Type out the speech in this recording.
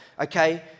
okay